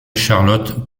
charlotte